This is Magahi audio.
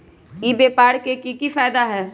ई व्यापार के की की फायदा है?